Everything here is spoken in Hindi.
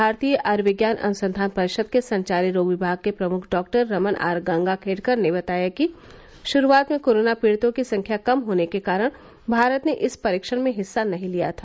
भारतीय आयूर्विज्ञान अनुसंघान परिषद के संचारी रोग विभाग के प्रमुख डॉक्टर रमन आर गंगाखेडकर ने बताया कि श्रूआत में कोरोना पीडितों की संख्या कम होने के कारण भारत ने इस परीक्षण में हिस्सा नहीं लिया था